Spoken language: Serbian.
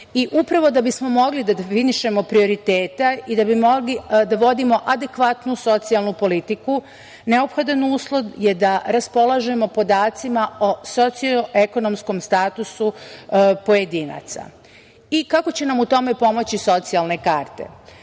Upravo da bismo mogli da definišemo prioritete i da bi mogli da vodimo adekvatnu socijalnu politiku, neophodan uslov je da raspolažemo podacima o sociekonomskom statusu pojedinaca. Kako će nam u tome pomoći socijalne karte?